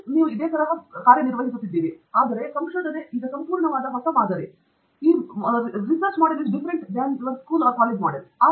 ನೀವು ನಿರ್ವಹಿಸುತ್ತಿರುವ ಒಂದು ಸಂಪೂರ್ಣವಾಗಿ ಹೊಸ ಮಾದರಿಯೆಂದರೆ ಇದು ನಿಮಗೆ ತಿಳಿದಿದೆ ನಿಮ್ಮ ಸ್ನಾತಕೋತ್ತರ ಪದವಿ ಅಥವಾ ನಿಮ್ಮ ಮೊದಲ ಸ್ನಾತಕೋತ್ತರ ಪದವಿಯನ್ನು ಹೀಗೆ ಮಾಡಿದ ನಂತರ ಇದ್ದಕ್ಕಿದ್ದಂತೆ